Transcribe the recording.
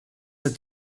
that